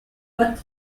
but